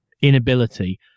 inability